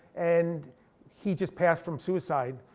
and he just passed from suicide.